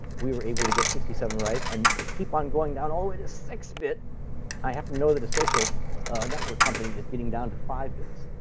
we were able to get sixty seven right and keep on going down all the way to six bit. and i happen to know that a social network company is getting down to five bits.